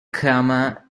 khmer